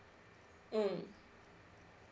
mm